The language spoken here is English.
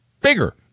bigger